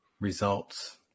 Results